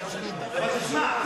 אבל תשמע,